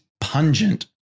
pungent